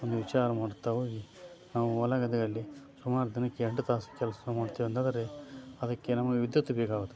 ಒಂದು ವಿಚಾರ ಮಾಡುತ್ತಾ ಹೋಗಿ ನಾವು ಹೊಲ ಗದ್ದೆಯಲ್ಲಿ ಸುಮಾರು ದಿನಕ್ಕೆ ಎಂಟು ತಾಸು ಕೆಲಸ ಮಾಡುತ್ತೇವೆಂದಾದರೆ ಅದಕ್ಕೆ ನಮಗೆ ವಿದ್ಯುತ್ ಬೇಕಾಗುತ್ತದೆ